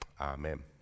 amen